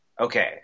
Okay